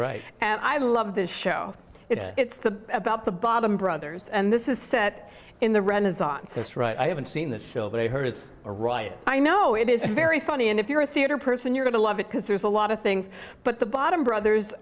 right and i love this show it's the about the bottom brothers and this is set in the renaissance that's right i haven't seen the show but i heard it's a riot i know it is very funny and if you're a theater person you're going to love it because there's a lot of things but the bottom brothers